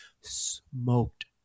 smoked